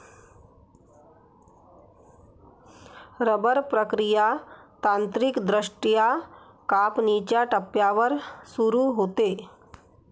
rubber प्रक्रिया तांत्रिकदृष्ट्या कापणीच्या टप्प्यावर सुरू होते